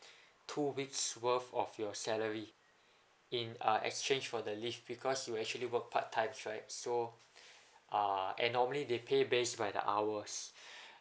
two weeks worth of your salary in uh exchange for the leave because you actually work part time right so ah and normally they pay based by the hours